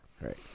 Right